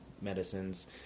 medicines